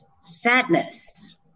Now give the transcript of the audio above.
sadness